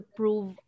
prove